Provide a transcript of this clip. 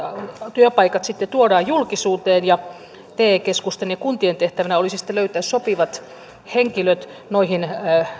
työpaikat sitten tuodaan julkisuuteen ja te keskusten ja kuntien tehtävänä olisi sitten löytää sopivat henkilöt noihin